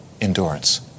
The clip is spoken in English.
endurance